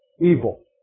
Evil